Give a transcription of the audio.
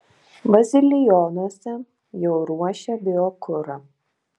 bazilionuose jau ruošia biokurą